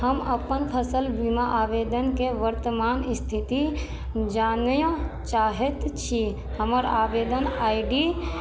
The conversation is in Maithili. हम अपन फसल बीमा आवेदनके वर्तमान स्थिति जानय चाहैत छी हमर आवेदन आइ डी